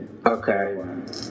Okay